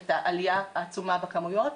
את העלייה העצומה בכמויות.